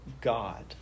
God